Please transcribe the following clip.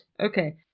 Okay